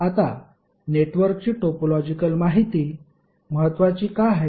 आता नेटवर्कची टोपोलॉजिकल माहिती महत्वाची का आहे